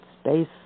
space